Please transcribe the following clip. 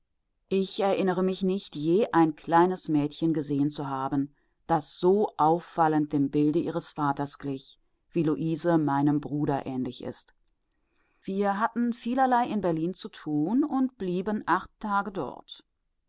ich erinnere mich nicht je ein kleines mädchen gesehen zu haben das so auffallend dem bilde ihres vaters glich wie luise meinem bruder ähnlich ist wir hatten vielerlei in berlin zu tun und blieben acht tage dort